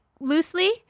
loosely